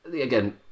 again